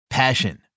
Passion